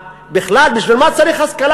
בכלל, בשביל מה צריך השכלה